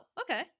okay